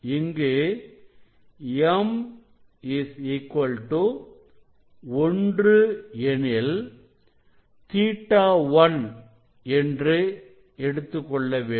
இங்கே m 1 எனில் Ɵ1 என்று எடுத்துக் கொள்ள வேண்டும்